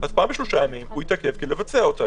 פעם בשלושה ימים יתעכב לבצע אותו,